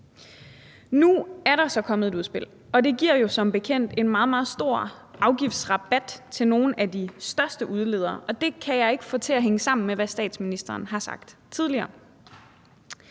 Nu er der så kommet et udspil, og det giver jo som bekendt en meget, meget stor afgiftsrabat til nogle af de største udledere, og det kan jeg ikke få til at hænge sammen med, hvad statsministeren har sagt tidligere.